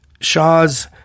Shaw's